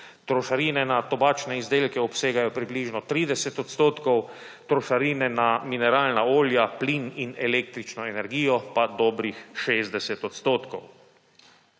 trošarine na tobačne izdelke obsegajo približno 30 %, trošarine na mineralna olja, plin in električno energijo pa dobrih 60 %.